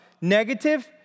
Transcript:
negative